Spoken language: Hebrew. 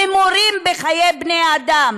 הימורים בחיי בני אדם,